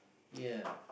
ya